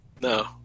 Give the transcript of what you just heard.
No